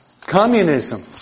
Communism